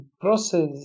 process